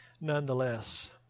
nonetheless